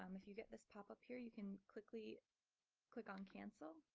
um if you get this pop-up here, you can quickly click on cancel